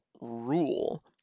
rule